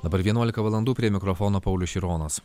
dabar vienuolika valandų prie mikrofono paulius šironas